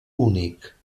únic